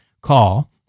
call